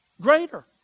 Greater